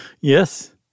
Yes